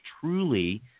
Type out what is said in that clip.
truly